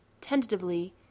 Tentatively